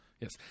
Yes